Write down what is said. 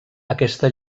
aquesta